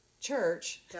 church